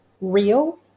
real